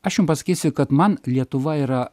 aš jum pasakysiu kad man lietuva yra